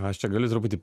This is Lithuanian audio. aš čia galiu truputį